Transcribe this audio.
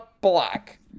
black